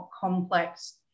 complex